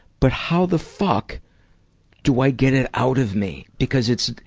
but how the fuck do i get it out of me? because it's,